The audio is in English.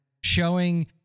showing